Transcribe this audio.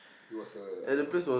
it was a uh